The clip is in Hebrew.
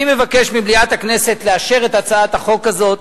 אני מבקש ממליאת הכנסת לאשר את הצעת החוק הזאת,